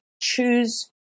choose